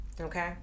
Okay